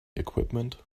equipment